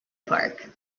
park